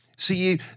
See